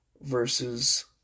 versus